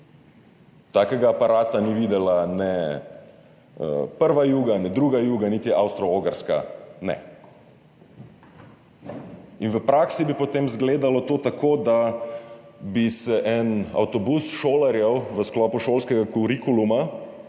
Takega aparata ni videla ne prva Juga, ne druga Juga niti Avstro-Ogrska ne. V praksi bi potem izgledalo to tako, da bi se en avtobus šolarjev v sklopu šolskega kurikuluma